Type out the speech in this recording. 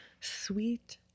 sweet